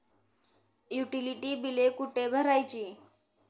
Utility बिले कुठे भरायची?